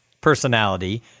personality